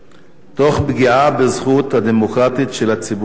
תוך פגיעה בזכות הדמוקרטית של הציבור להפגין.